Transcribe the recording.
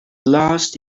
last